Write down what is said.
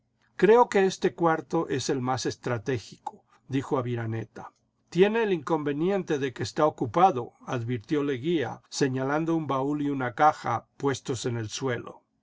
creo que este cuarto es el más estratégico dijo aviraneta tiene el inconveniente de que está ocupado advirtió leguía señalando im baúl y una caja puestos en el suelo